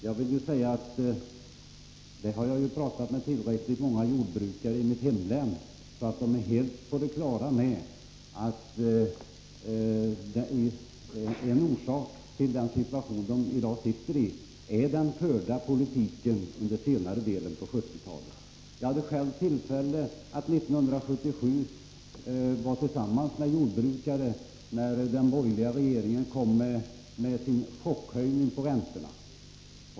Jag har pratat med tillräckligt många jordbrukare i mitt hemlän för att veta, att de är helt på det klara med att en orsak till den situation de i dag befinner sig i är den politik som fördes under senare delen av 1970-talet. Jag hade själv tillfälle att under 1977 vara tillsammans med jordbrukare när den borgerliga regeringen gjorde sin chockhöjning av räntorna.